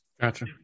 gotcha